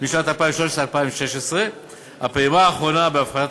משנת 2013 עד 2016. הפעימה האחרונה בהפחתת